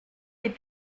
les